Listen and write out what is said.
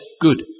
good